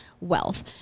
wealth